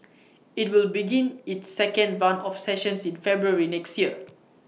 IT will begin its second run of sessions in February next year